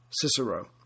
Cicero